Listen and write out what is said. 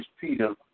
Peter